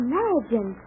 Imagine